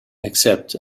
accept